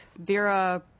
vera